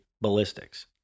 ballistics